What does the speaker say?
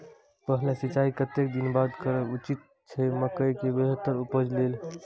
पहिल सिंचाई कतेक दिन बाद करब उचित छे मके के बेहतर उपज लेल?